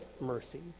mercy